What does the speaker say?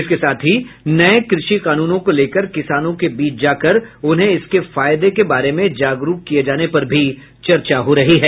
इसके साथ ही नये कृषि कानूनों को लेकर किसानों के बीच जाकर उन्हें इसके फायदे के बारे में जागरूकर किये जाने पर भी चर्चा हो रही है